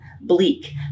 bleak